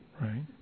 Right